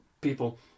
people